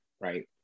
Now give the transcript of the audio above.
right